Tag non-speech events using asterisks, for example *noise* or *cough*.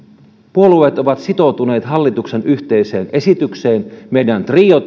puolueet ovat sitoutuneet hallituksen yhteiseen esitykseen meidän trio *unintelligible*